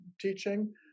teaching